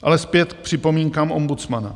Ale zpět k připomínkám ombudsmana.